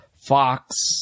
fox